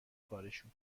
کارشون